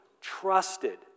trusted